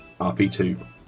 RP2